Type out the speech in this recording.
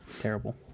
Terrible